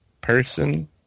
person